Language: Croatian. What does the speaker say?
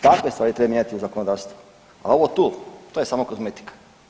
Takve stvari treba mijenjati u zakonodavstvu, a ovo tu, to je samo kozmetika.